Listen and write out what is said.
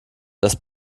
das